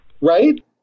right